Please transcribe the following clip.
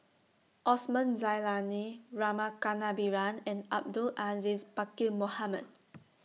Osman Zailani Rama Kannabiran and Abdul Aziz Pakkeer Mohamed